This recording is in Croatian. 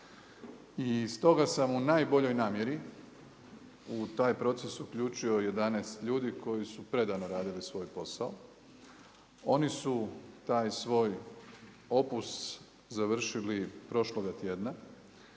I stoga sam u najboljoj namjeri u taj proces uključio 11 ljudi koji su predano radili svoj posao, oni su taj svoj opus završili prošloga tjedna,